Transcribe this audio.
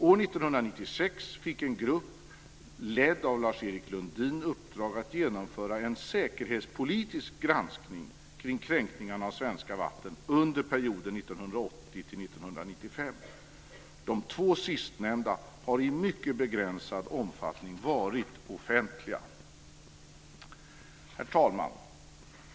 År 1996 fick en grupp ledd av Lars-Erik Lundin i uppdrag att genomföra en säkerhetspolitisk granskning kring kränkningarna av svenska vatten under perioden 1980-1995. De två sistnämnda har i mycket begränsad omfattning varit offentliga. Herr talman!